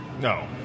No